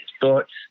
thoughts